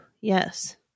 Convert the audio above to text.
Yes